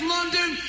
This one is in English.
London